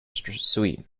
suite